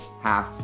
half